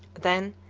then,